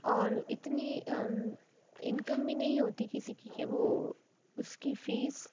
اور اتنی انکم بھی نہیں ہوتی کسی کی کہ وہ اس کی فیس